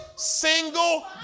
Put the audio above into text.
single